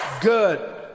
Good